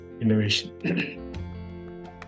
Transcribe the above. innovation